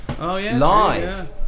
live